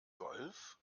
golf